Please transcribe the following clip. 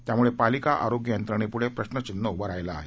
त्यामुळे पालिका आरोग्य यंत्रणेपुढे प्रश्नचिन्ह उभे राहिले आहेत